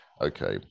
okay